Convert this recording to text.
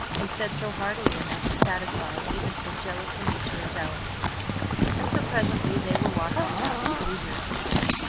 and said so heartily enough to satisfy even so jealous a nature as ellen's and so presently they were walking about the pretty rooms together,